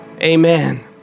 Amen